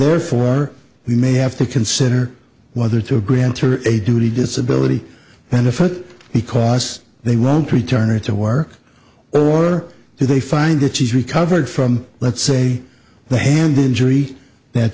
therefore we may have to consider whether to grant her a duty disability benefit because they won't return or to work or do they find that she's recovered from let's say the hand injury that